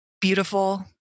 beautiful